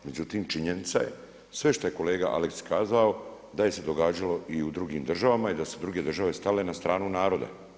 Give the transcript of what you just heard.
Međutim, činjenica je sve što je kolega Aleksić kazao da je se događalo i u drugim državama i da su druge države stale na stranu naroda.